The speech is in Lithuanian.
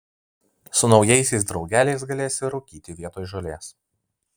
su naujaisiais draugeliais galėsi rūkyti vietoj žolės